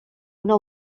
una